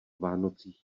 vánocích